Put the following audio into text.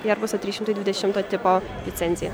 ierbuso trys šimtai dvidešimto tipo licenciją